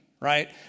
right